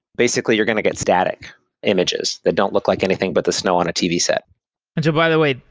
basically, you're going to get static images that don't look like anything, but the snow on a tv set and so by the way,